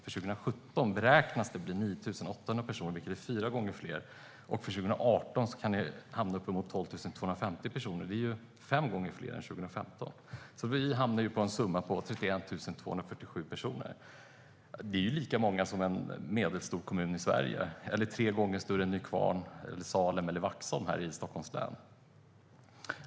För 2017 beräknas det bli 9 800 personer, vilket är fyra gånger fler, och 2018 kan det bli uppemot 12 250 personer. Det är fem gånger fler än 2015. Vi hamnar alltså på en summa av 31 247 personer, vilket är lika många människor som i en medelstor kommun i Sverige. Det är tre gånger större än Nykvarn, Salem eller Vaxholm här i Stockholms län.